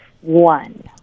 one